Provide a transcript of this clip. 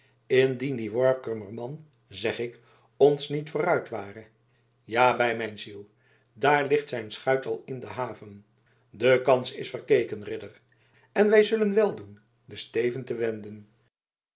indien die workummerman zeg ik ons niet vooruit ware ja bij mijn ziel daar ligt zijn schuit al in de haven de kans is verkeken ridder en wij zullen wel doen den steven te wenden